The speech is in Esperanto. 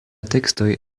tekstoj